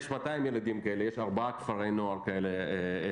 יש 200 ילדים כאלה בארבעה כפרי נוער בארץ,